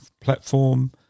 platform